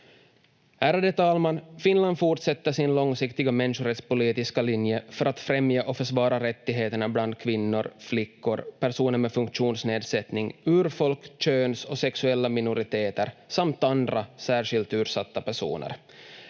Ärade talman! Finland fortsätter sin långsiktiga människorättspolitiska linje för att främja och försvara rättigheterna för bland annat kvinnor, flickor, personer med funktionsnedsättning, urfolk och köns- och sexuella minoriteter samt andra särskilt utsatta personer.